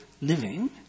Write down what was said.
living